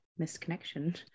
misconnection